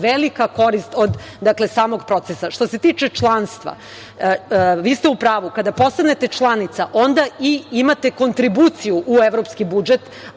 velika korist od samog procesa. Što se tiče članstva, vi ste u pravu. Kada postanete članica onda imate kontribuciju u evropski budžet,